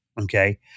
Okay